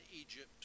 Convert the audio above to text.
Egypt